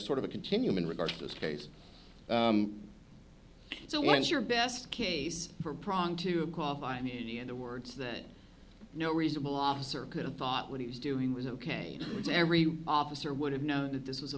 sort of a continuum in regard to this case so what's your best case for prom two of coffee and the words that no reasonable officer could have thought what he was doing was ok it's every officer would have known that this was a